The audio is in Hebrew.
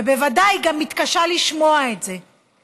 ובוודאי גם מתקשה לשמוע את זה.